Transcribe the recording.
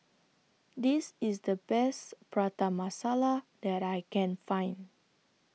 This IS The Best Prata Masala that I Can Find